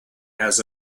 has